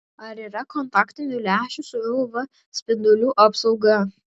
ar yra kontaktinių lęšių su uv spindulių apsauga